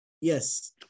Yes